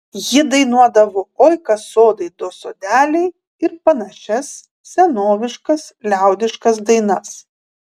ji dainuodavo oi kas sodai do sodeliai ir panašias senoviškas liaudiškas dainas